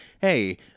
Hey